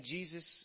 Jesus